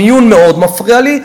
המיון מאוד מפריע לי.